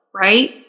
right